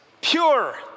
pure